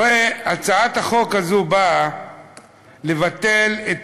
הרי הצעת החוק הזו באה לבטל את